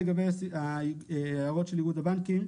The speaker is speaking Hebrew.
לגבי הערות של איגוד הבנקים.